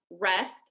Rest